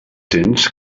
tens